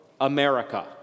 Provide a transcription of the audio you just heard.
America